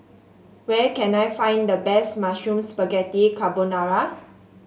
where can I find the best Mushroom Spaghetti Carbonara